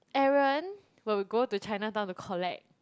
Aaron will go to Chinatown to collect